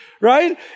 right